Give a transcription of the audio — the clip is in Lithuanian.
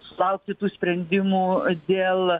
sulaukti tų sprendimų dėl